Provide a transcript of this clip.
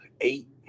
eight